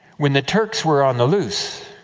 when the turks were on the loose,